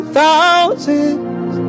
thousands